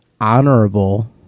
honorable